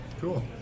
Cool